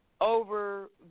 over